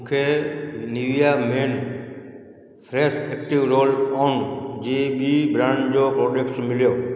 मूंखे Nivea men fresh active roll on जी ॿी ब्रांड जो प्रोडक्ट मिलियो